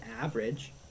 average